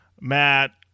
Matt